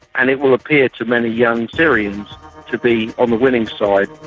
and it will appear to many young syrians to be on the winning side.